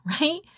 right